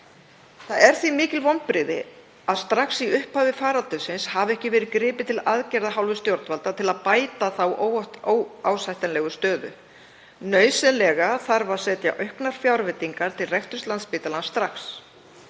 Það eru því mikil vonbrigði að strax í upphafi faraldursins hafi ekki verið gripið til aðgerða af hálfu stjórnvalda til að bæta þá óásættanlegu stöðu. Nauðsynlega þarf að setja auknar fjárveitingar til reksturs Landspítalans strax.